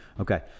okay